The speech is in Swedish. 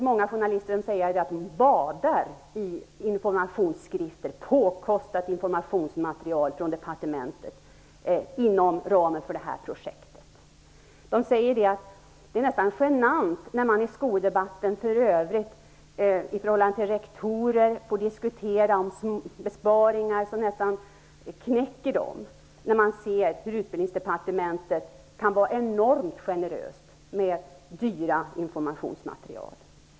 Många journalister säger att de badar i informationsskrifter, påkostat informationsmaterial från departementet inom ramen för detta projekt. De säger att det nästan är genant att se hur rektorer i skoldebatten får diskutera besparingar som nästan knäcker dem, samtidigt som Utbildningsdepartementet kan vara så enormt generöst med dyra informationsmaterial.